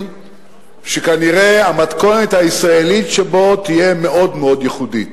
שכנראה המתכונת הישראלית שבו תהיה מאוד ייחודית.